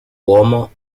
uomo